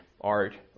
art